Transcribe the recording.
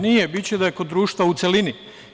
Nije, biće da je kod društva u celini.